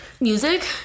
Music